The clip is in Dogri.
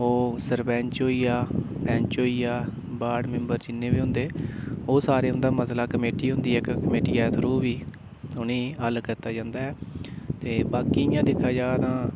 ओह् सरपैंच होई गेआ पैंच होई गेआ बार्ड मैम्बर जिन्ने बी होंदे ओह् सारे उं'दा मसला कमेटी होंदी इक कमेटियै दे थ्रू बी उ'नेंगी हल कीता जंदा ऐ ते बाकी इ'यां दिक्खा जा तां